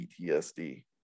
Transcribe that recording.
PTSD